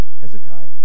Hezekiah